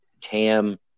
Tam